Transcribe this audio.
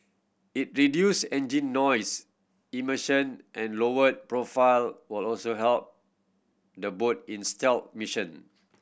it reduced engine noise emission and lowered profile will also help the boat in stealth mission